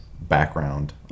background